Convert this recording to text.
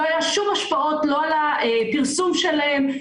לא היו שום השפעות על הפרסום שלהן,